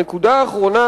הנקודה האחרונה,